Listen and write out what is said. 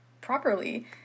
properly